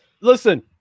listen